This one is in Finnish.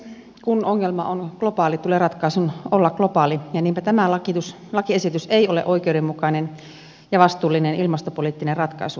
kun ongelma on globaali tulee ratkaisun olla globaali ja niinpä tämä lakiesitys ei ole oikeudenmukainen ja vastuullinen ilmastopoliittinen ratkaisu